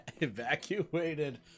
evacuated